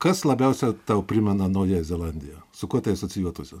kas labiausia tau primena naująją zelandiją su kuo tai asocijuotųsi